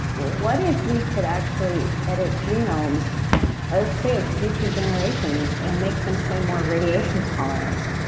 what if we could actually edit genomes i'd say of future generations and make them say more radiation tolerant.